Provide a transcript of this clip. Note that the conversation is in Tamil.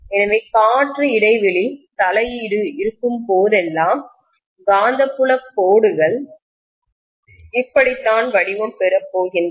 எனவே காற்று இடைவெளி தலையீடு இருக்கும்போதெல்லாம் காந்தப்புல கோடுகள் இப்படித்தான் வடிவம் பெறப் போகின்றன